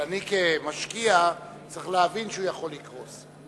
אני כמשקיע צריך להבין שהוא יכול לקרוס.